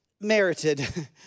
merited